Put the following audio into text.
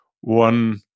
one